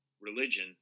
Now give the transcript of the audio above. religion